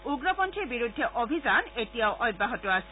উগ্ৰপন্থীৰ বিৰুদ্ধে অভিযান এতিয়াও অব্যাহত আছে